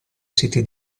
siti